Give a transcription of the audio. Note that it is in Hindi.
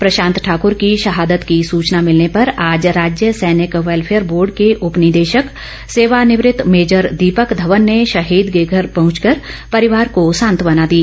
प्रशांत ठाकर की शहादत की सूचना मिलने पर आज राज्य सैनिक वैल्फेयर बोर्ड के उप निदेशक सेवानिवृत मेजर दीपक धवन ने शहीद के घर पहुंचकर परिवार को सांत्वना दी